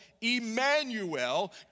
Emmanuel